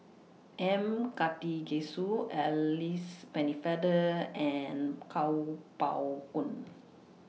M Karthigesu Alice Pennefather and Kuo Pao Kun